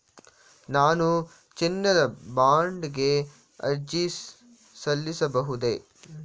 ನಾನು ಚಿನ್ನದ ಬಾಂಡ್ ಗೆ ಅರ್ಜಿ ಸಲ್ಲಿಸಬಹುದೇ?